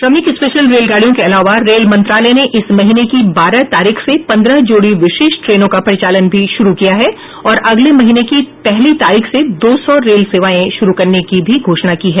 श्रमिक स्पेशल रेलगाड़ियों के अलावा रेल मंत्रालय ने इस महीने की बारह तारीख से पन्द्रह जोड़ी विशेष ट्रेनों का परिचालन भी शुरू किया है और अगले महीने की पहली तारीख से दो सौ रेल सेवाएं शुरू करने की भी घोषणा की है